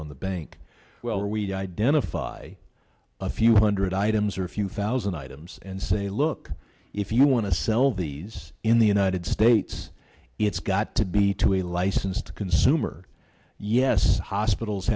on the bank well we don't identify a few hundred items or a few thousand items and say look if you want to sell these in the united states it's got to be to a licensed consumer yes hospitals